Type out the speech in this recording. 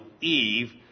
Eve